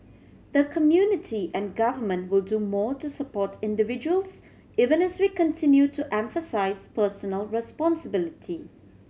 the community and government will do more to support individuals even as we continue to emphasise personal responsibility